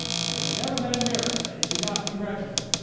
and who has never met a mirror that he did not congratulate,